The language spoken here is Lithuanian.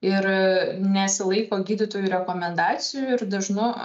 ir nesilaiko gydytojų rekomendacijų ir dažnu